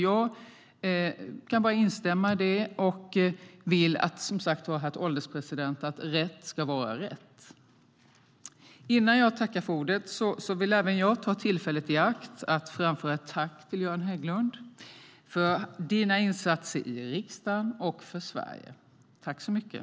Jag kan bara instämma i det och vill som sagt, herr ålderspresident, att rätt ska vara rätt. Innan jag avslutar mitt anförande vill även jag ta tillfället i akt och framföra ett tack till dig, Göran Hägglund, för dina insatser i riksdagen och för Sverige. Tack så mycket!